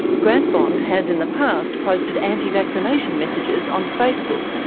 grant bond has in the past posted anti-vaccination messages on facebook.